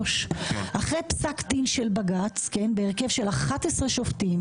אחרי פסק דין של בג"צ בהרכב של 11 שופטים